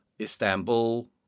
Istanbul